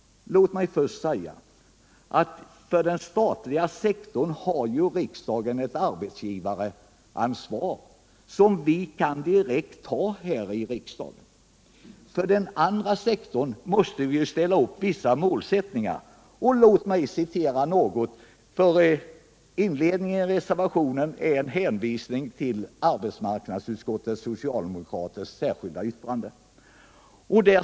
För den statliga sektorn har riksdagen ett arbetsgivaransvar, som vi kan ta direkt här i riksdagen. För den andra sektorn måste vi ha vissa målsättningar. I inledningen till reservationen 7 görs en hänvisning till den avvikande mening som socialdemokraterna i arbetsmarknadsutskottet har anfört.